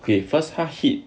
okay first 他 hit